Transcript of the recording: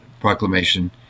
proclamation